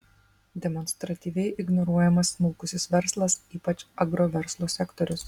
demonstratyviai ignoruojamas smulkusis verslas ypač agroverslo sektorius